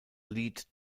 lead